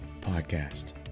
podcast